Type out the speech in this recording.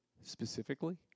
specifically